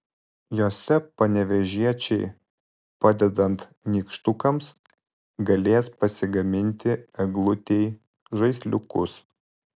jose panevėžiečiai padedant nykštukams galės pasigaminti eglutei žaisliukus